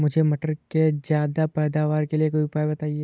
मुझे मटर के ज्यादा पैदावार के लिए कोई उपाय बताए?